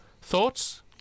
Thoughts